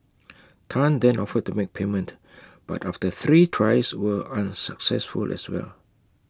Tan then offered to make payment but after three tries were unsuccessful as well